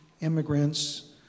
immigrants